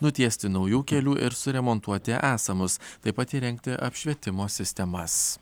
nutiesti naujų kelių ir suremontuoti esamus taip pat įrengti apšvietimo sistemas